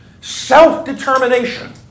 self-determination